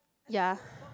yea